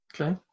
Okay